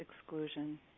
exclusion